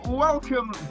Welcome